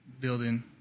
building